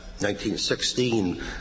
1916